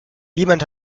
jemand